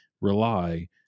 rely